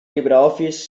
libreoffice